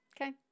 Okay